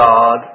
God